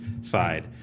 side